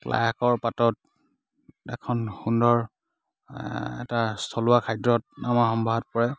লাইশাকৰ পাতত এখন সুন্দৰ এটা থলুৱা খাদ্যত আমাৰ সম্ভাৰত পৰে